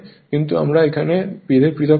কিন্তু কিভাবে আমরা এদের পৃথক করব